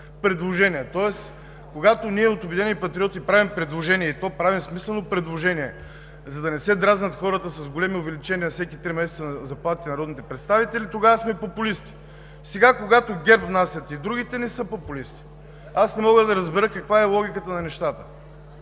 Тоест, когато ние от „Обединени патриоти“ правим предложение, и то правим смислено предложение, за да не се дразнят хората с големи увеличения – на всеки три месеца на заплатите на народните представители, тогава сме популисти. Сега когато ГЕРБ и другите внасят – не са популисти. Аз не мога да разбера каква е логиката на нещата.